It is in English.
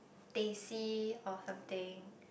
teh C or something